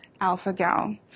alpha-gal